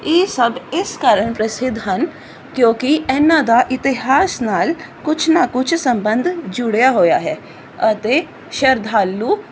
ਇਹ ਸਭ ਇਸ ਕਾਰਨ ਪ੍ਰਸਿੱਧ ਹਨ ਕਿਉਂਕਿ ਇਹਨਾਂ ਦਾ ਇਤਿਹਾਸ ਨਾਲ ਕੁਛ ਨਾ ਕੁਛ ਸੰਬੰਧ ਜੁੜਿਆ ਹੋਇਆ ਹੈ ਅਤੇ ਸ਼ਰਧਾਲੂ